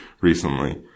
recently